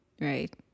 Right